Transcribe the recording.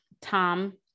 Tom